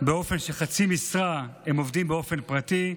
באופן שחצי משרה הם עובדים באופן פרטי,